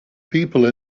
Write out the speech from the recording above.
people